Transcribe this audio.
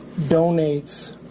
donates